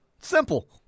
Simple